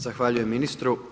Zahvaljujem ministru.